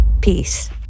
Peace